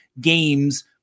games